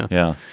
yeah.